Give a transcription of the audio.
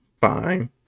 fine